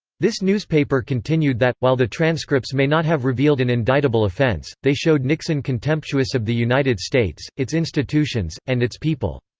this newspaper continued that, while the transcripts may not have revealed an indictable offense, they showed nixon contemptuous of the united states, its institutions, and its people.